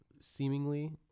seemingly